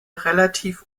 relativ